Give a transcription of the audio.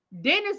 Dennis